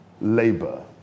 Labour